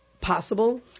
possible